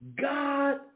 God